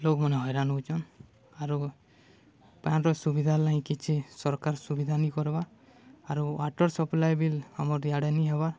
ଲୋକ୍ମାନେ ହଇରାଣ ହଉଚନ୍ ଆରୁ ପାଏନ୍ର ସୁବିଧା ନାହିଁ କିଛି ସର୍କାର୍ ସୁବିଧାନି କର୍ବାର୍ ଆରୁ ୱାଟର୍ ସପ୍ଲାଏ ବିଲ୍ ଆମର୍ ଇଆଡ଼େ ନିହେବାର୍